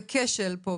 זה כשל פה,